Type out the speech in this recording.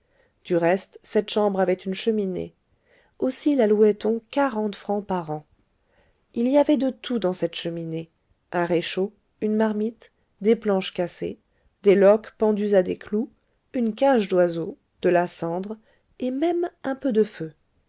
du reste cette chambre avait une cheminée aussi la louait on quarante francs par an il y avait de tout dans cette cheminée un réchaud une marmite des planches cassées des loques pendues à des clous une cage d'oiseau de la cendre et même un peu de feu